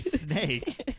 snakes